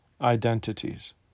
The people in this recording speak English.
identities